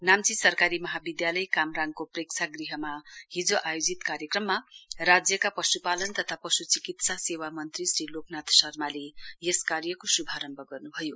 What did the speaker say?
नाम्ची सरकारी महाविधालय कामराङको प्रेक्षागृहमा हिजो आयोजित कार्यक्रममा राज्यका पशपालन तथा पश्चिकित्सा सेवा मन्त्री श्री लोकनाथ शर्माले यस कार्यको श्भारम्भ गर्न्भयो